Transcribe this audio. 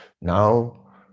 Now